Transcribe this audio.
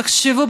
תחשבו,